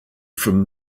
from